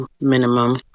minimum